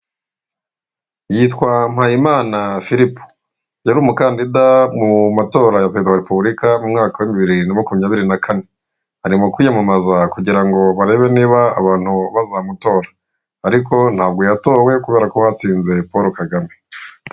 Yitwa Mpayimana Philipo yari umukandida mu matora ya perezida wa repuburika mu mwaka w'ibihumbi bibiri na makumyabiri na kane. Ari mu kwiyamamaza kugira ngo barebe nimba abantu bazamutora, ariko ntabwo yatowe kubera ko hatsinze Paul Kagame.